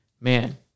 man